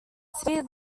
see